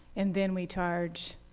and then we charge,